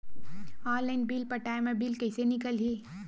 Online bill पटाय मा bill कइसे निकलही?